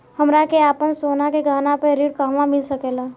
हमरा के आपन सोना के गहना पर ऋण कहवा मिल सकेला?